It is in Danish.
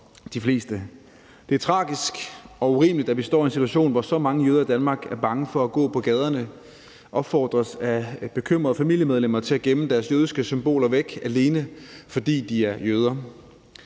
de fleste. Det er tragisk og urimeligt, at vi står i en situation, hvor så mange jøder i Danmark er bange for at gå på gaderne og opfordres af bekymrede familiemedlemmer til at gemme deres jødiske symboler væk, alene fordi de er jøder.